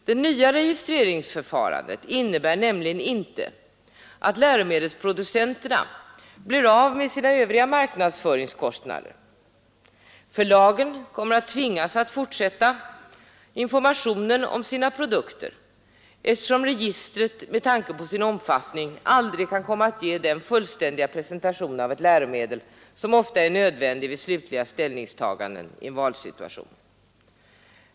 Det nya registreringsförfarandet innebär nämligen inte att läromedelsproducenterna blir av med sina övriga marknadsföringskostnader. Förlagen kommer att tvingas fortsätta informationen om sina produkter, eftersom registret med tanke på dess omfattning aldrig kan komma att ge den fullständiga presentation av ett läromedel som ofta är nödvändig vid slutliga ställningstaganden i en valsituation.